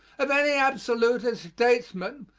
of any absolutist statesman,